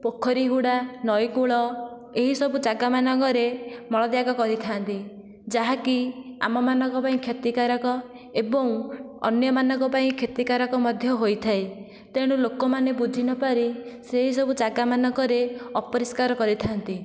ପୋଖରୀ ହୁଡ଼ା ନଈକୂଳ ଏହିସବୁ ଜାଗାମାନଙ୍କରେ ମଳତ୍ୟାଗ କରିଥାଆନ୍ତି ଯାହାକି ଆମମାନଙ୍କ ପାଇଁ କ୍ଷତିକାରକ ଏବଂ ଅନ୍ୟମାନଙ୍କ ପାଇଁ କ୍ଷତିକାରକ ମଧ୍ୟ ହୋଇଥାଏ ତେଣୁ ଲୋକାମାନେ ବୁଝିନପାରି ସେହିସବୁ ଜାଗାମାନଙ୍କରେ ଅପରିଷ୍କାର କରିଥାନ୍ତି